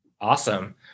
Awesome